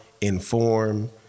inform